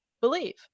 believe